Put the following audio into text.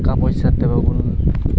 ᱴᱟᱠᱟ ᱯᱚᱭᱥᱟ ᱛᱮ ᱵᱟᱵᱚᱱ